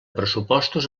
pressupostos